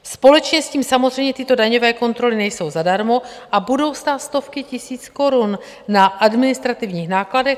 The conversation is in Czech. Společně s tím samozřejmě tyto daňové kontroly nejsou zadarmo a budou stát stovky tisíc korun na administrativních nákladech.